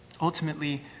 Ultimately